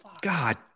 God